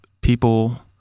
people